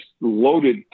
loaded